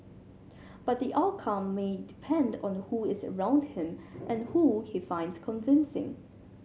but the outcome may depend on who is around him and who he finds convincing